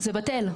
זה בטל.